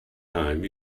time